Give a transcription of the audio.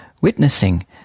witnessing